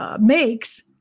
makes